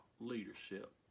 leadership